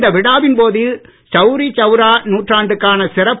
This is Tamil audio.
இந்த விழாவின்போது சவுரி சவுரா நூற்றாண்டுக்கான சிறப்பு